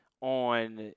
on